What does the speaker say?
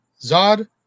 Zod